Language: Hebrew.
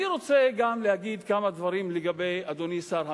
אני רוצה לומר כמה דברים לגבי אדוני שר המשפטים.